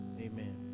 Amen